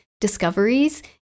discoveries